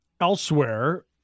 Elsewhere